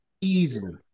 Easily